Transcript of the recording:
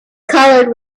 colored